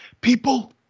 People